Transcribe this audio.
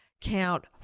Count